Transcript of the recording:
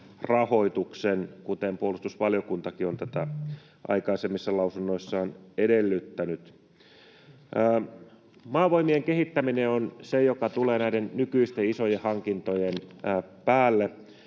rahoituksen, kuten puolustusvaliokuntakin on tätä aikaisemmissa lausunnoissaan edellyttänyt. Maavoimien kehittäminen on se, joka tulee näiden nykyisten isojen hankintojen päälle.